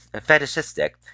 fetishistic